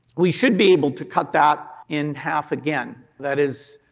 we should be able to cut that in half again. that is,